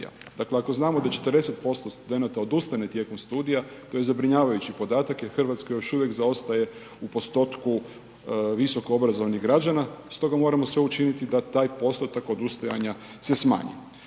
Dakle, ako znamo da 40% studenata odustane tijekom studija to je zabrinjavajući podatak jer RH još uvijek zaostaje u postotku visoko obrazovanih građana, stoga moramo sve učiniti da taj postotak odustajanja se smanji.